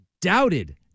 doubted